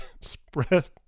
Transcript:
spread